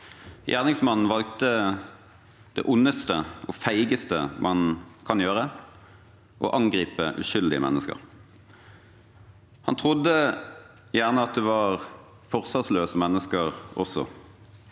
Gjerningsmannen valgte det ondeste og feigeste man kan gjøre: å angripe uskyldige mennesker. Han trodde gjerne at de også var forsvarsløse mennes ker,